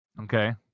Okay